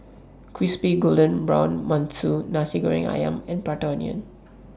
Crispy Golden Brown mantou Nasi Goreng Ayam and Prata Onion